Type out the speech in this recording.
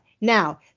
Now